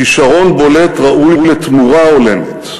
כישרון בולט ראוי לתמורה הולמת,